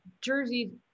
Jersey